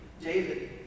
David